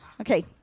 Okay